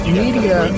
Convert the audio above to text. media